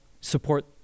support